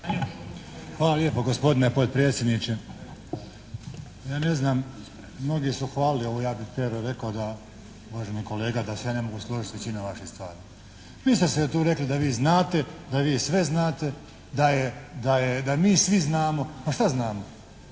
Hvala lijepo gospodine potpredsjedniče. Ja ne znam, mnogi su hvalili ovo, ja bih Pero rekao da, uvaženi kolega da se ja ne mogu složiti s većinom vaših stvari. Vi ste se, tu rekli da vi znate, da vi sve znate, da je, da je, da mi svi znamo, a šta znamo?